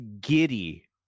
giddy